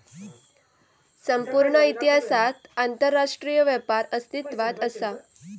संपूर्ण इतिहासात आंतरराष्ट्रीय व्यापार अस्तित्वात असा